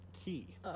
Key